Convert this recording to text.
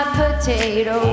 potato